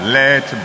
let